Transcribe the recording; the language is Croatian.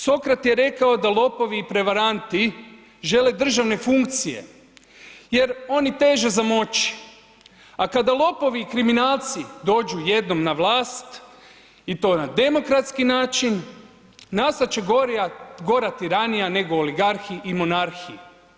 Sokrat je rekao da lopovi i prevaranti žele državne funkcije jer oni teže za moći, a kada lopovi i kriminalci dođu jednom na vlast i to na demokratski način, nastat će gora tiranija nego oligarhi i monarhi.